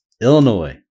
Illinois